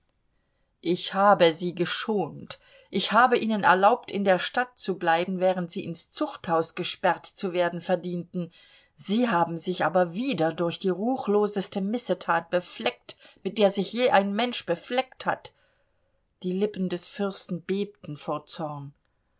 ich habe sie geschont ich habe ihnen erlaubt in der stadt zu bleiben während sie ins zuchthaus gesperrt zu werden verdienten sie haben sich aber wieder durch die ruchloseste missetat befleckt mit der sich je ein mensch befleckt hat die lippen des fürsten bebten vor zorn